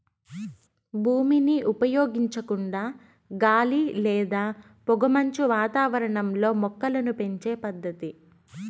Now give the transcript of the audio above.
భూమిని ఉపయోగించకుండా గాలి లేదా పొగమంచు వాతావరణంలో మొక్కలను పెంచే పద్దతి